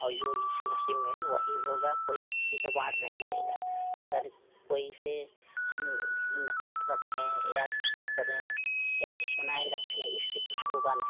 और जो जिसके नसीब में है वही होगा कोई किसी का बाँट नहीं लेगा अगर कोई से हम नफरत रखें या गुस्सा करें या दुश्मनाई रखें इससे कुछ होगा नहीं